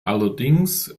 allerdings